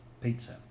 pizza